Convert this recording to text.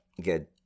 good